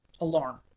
alarm